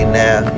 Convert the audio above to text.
now